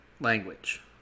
language